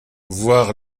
voir